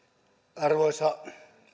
arvoisa